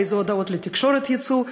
ואיזה הודעות לתקשורת יצאו,